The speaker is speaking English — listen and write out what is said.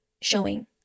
showing